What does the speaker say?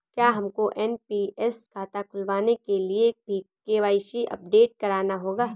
क्या हमको एन.पी.एस खाता खुलवाने के लिए भी के.वाई.सी अपडेट कराना होगा?